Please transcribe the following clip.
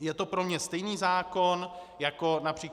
Je to pro mě stejný zákon jako např.